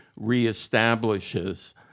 reestablishes